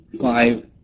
five